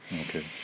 Okay